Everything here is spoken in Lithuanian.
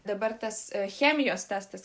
dabar tas chemijos testas